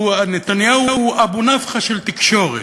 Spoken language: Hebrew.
נתניהו הוא אבו-נפחא של תקשורת.